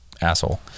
asshole